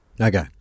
Okay